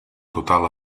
total